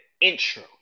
intro